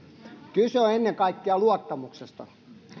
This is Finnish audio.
kyse on ennen kaikkea luottamuksesta